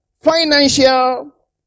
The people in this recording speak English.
financial